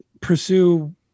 pursue